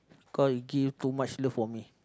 cause you give too much love for me